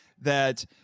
that-